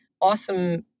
awesome